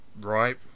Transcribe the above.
Right